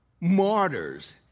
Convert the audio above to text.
martyrs